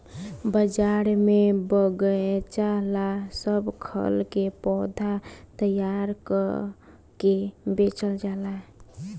बाजार में बगएचा ला सब खल के पौधा तैयार क के बेचल जाला